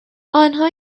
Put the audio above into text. آنها